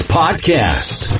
podcast